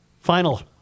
Final